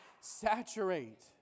saturate